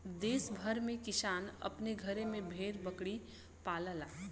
देस भर में किसान अपने घरे में भेड़ बकरी पालला